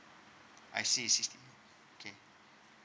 I see I see okay